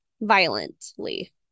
violently